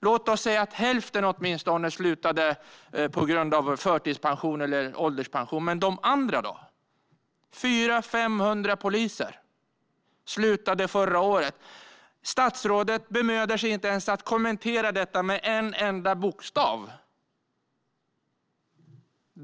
Låt oss säga att åtminstone hälften slutade på grund av förtids eller ålderspension, men de andra då? 400-500 poliser slutade förra året. Statsrådet bemödar sig inte ens att kommentera detta med en enda bokstav!